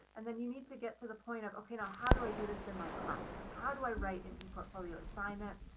and then you need to get to the point of okay, now how do i do this in my classroom? how do i write an eportfolio assignment,